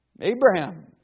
Abraham